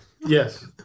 Yes